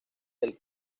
del